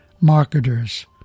marketers